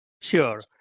Sure